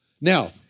Now